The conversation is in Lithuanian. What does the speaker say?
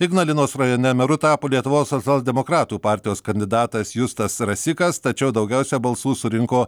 ignalinos rajone meru tapo lietuvos socialdemokratų partijos kandidatas justas rasikas tačiau daugiausia balsų surinko